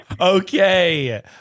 Okay